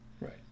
Right